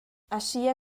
aschia